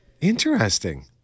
Interesting